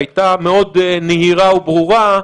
שהייתה מאוד נהירה וברורה,